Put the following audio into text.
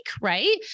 right